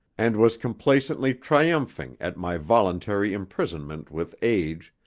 and was complacently triumphing at my voluntary imprisonment with age,